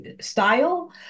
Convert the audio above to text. style